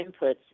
inputs